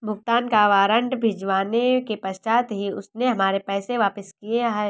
भुगतान का वारंट भिजवाने के पश्चात ही उसने हमारे पैसे वापिस किया हैं